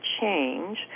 change